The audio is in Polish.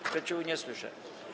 Sprzeciwu nie słyszę.